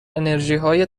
انرژیهای